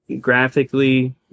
Graphically